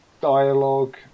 dialogue